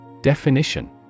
Definition